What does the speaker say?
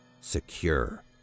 Secure